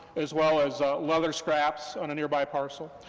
as well as leather scraps on a nearby parcel.